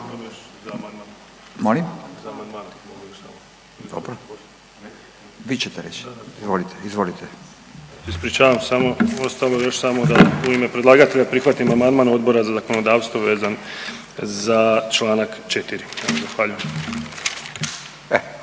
**Čuraj, Stjepan (HNS)** Ispričavam, samo, ostalo je još samo da u ime predlagatelja prihvatim amandman Odbora za zakonodavstvo vezan za čl. 4., evo